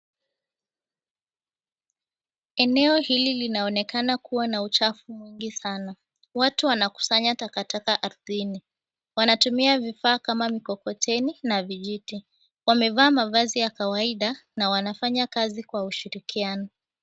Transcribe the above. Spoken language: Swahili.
Eneo hili linaonekana kuwa na uchafu mwingi sana, watu wanakusanya takataka ardhini wanatumia vifaa kama mkokoteni na vijiti. Wamevaa mavazi ya kawaida na wanafanya kazi kwa ushirikiano.